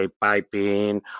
piping